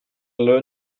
learn